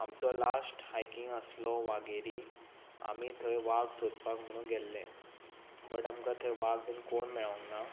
आमचो last hiking आसलो वागेरी आमी थंय वाग सोदपाक म्हणून गेल्ले बट आमकां थंय वाग बी कोण मेळूंक ना